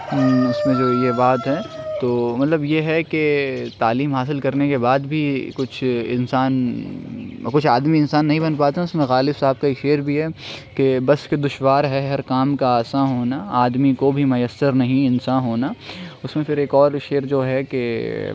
اس میں جو یہ بات ہے تو مطلب یہ ہے کہ تعلیم حاصل کرنے کے بعد بھی کچھ انسان کچھ آدمی انسان نہیں بن پاتے ہیں اس میں غالب صاحب کا ایک شعر بھی ہے کہ بس کہ دشوار ہے ہر کام کا آساں ہونا آدمی کو بھی میسر نہیں انساں ہونا اس میں پھر ایک اور شعر جو ہے کہ